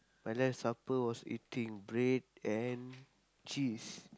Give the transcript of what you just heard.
my last supper was eating bread and cheese